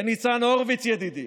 לניצן הורוביץ ידידי,